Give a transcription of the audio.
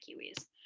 kiwis